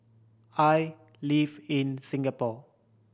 I live in Singapore